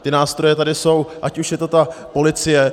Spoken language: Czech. Ty nástroje tady jsou, ať už je to ta policie.